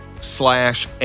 slash